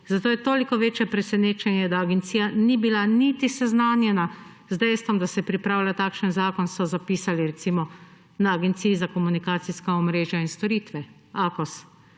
zato je toliko večje presenečenje, da agencija ni bila niti seznanjena z dejstvom, da se pripravlja takšen zakon,« so zapisali recimo na Agenciji za komunikacijska omrežja in storitve, Akos.